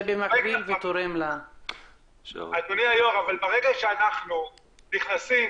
ברגע שאנחנו נכנסים